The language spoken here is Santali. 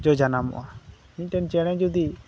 ᱡᱚ ᱡᱟᱱᱟᱢᱚᱜᱼᱟ ᱢᱤᱫᱴᱮᱱ ᱪᱮᱬᱮ ᱡᱩᱫᱤ